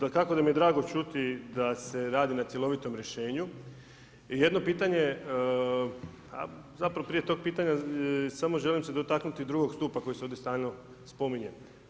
Dakako da mi je drago čuti da se radi na cjelovitom rješenju i jedno pitanje, zapravo prije tog pitanja samo želim se dotaknuti II stupa koji se ovdje stalno spominje.